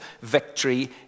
victory